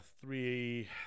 three